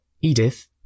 Edith